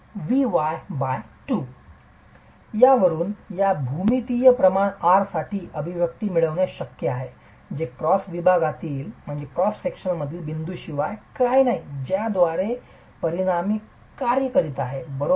ज्यावरून या भूमितीय प्रमाण r साठी अभिव्यक्ती मिळवणे शक्य आहे जे क्रॉस विभागावरील बिंदूशिवाय काही नाही ज्याद्वारे परिणामी कार्य करीत आहे बरोबर